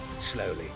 slowly